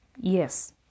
Yes